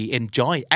enjoy